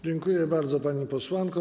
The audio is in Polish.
Dziękuję bardzo, pani posłanko.